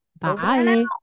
Bye